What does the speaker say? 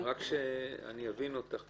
אבל --- רק שאני אבין אותך.